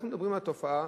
אנחנו מדברים על תופעה